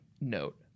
note